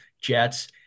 Jets